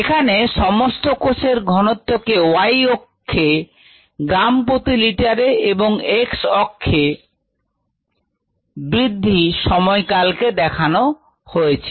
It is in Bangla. এখানে সমস্ত কোষের ঘনত্বকে y অক্ষে গ্রাম প্রতি লিটারে এবং x অক্ষে বৃদ্ধি সময়কালকে দেখানো হয়েছে